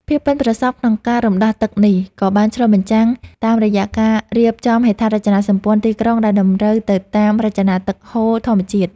ភាពប៉ិនប្រសប់ក្នុងការរំដោះទឹកនេះ ក៏បានឆ្លុះបញ្ចាំងតាមរយៈការរៀបចំហេដ្ឋារចនាសម្ព័ន្ធទីក្រុងដែលតម្រូវទៅតាមចរន្តទឹកហូរធម្មជាតិ។